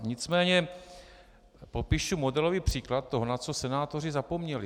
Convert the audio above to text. Nicméně popíšu modelový příklad toho, na co senátoři zapomněli.